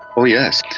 oh yes.